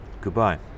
Goodbye